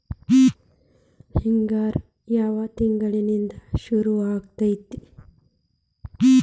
ಹಿಂಗಾರು ಯಾವ ತಿಂಗಳಿನಿಂದ ಶುರುವಾಗತೈತಿ?